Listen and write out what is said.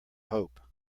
hope